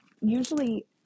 usually –